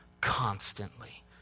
constantly